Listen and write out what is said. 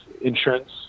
insurance